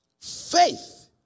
Faith